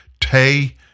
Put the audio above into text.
Tay